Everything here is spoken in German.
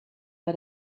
bei